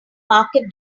market